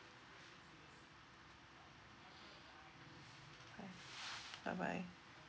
bye bye